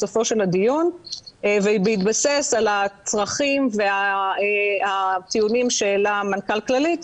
בסופו של הדיון ובהתבסס על הצרכים והטיעונים שהעלה מנכ"ל כללית,